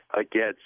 again